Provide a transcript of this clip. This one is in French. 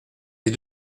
des